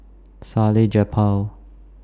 Salleh Japar